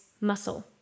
muscle